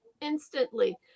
instantly